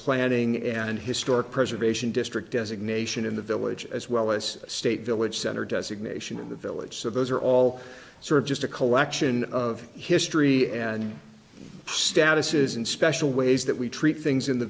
planning and historic preservation district designation in the village as well as state village center designation in the village so those are all sort of just a collection of history and status is in special ways that we treat things in the